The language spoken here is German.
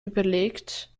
überlegt